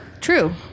true